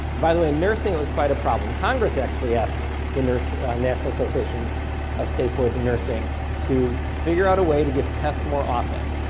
by the way, nursing it was quite a problem. congress actually asked the national association of state boards of nursing to figure out a way to give tests more often.